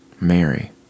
Mary